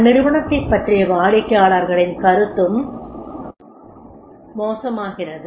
அந்நிறுவனத்தைப் பற்றிய வாடிக்கையாளர்களின் கருத்தும் மோசமாகிறது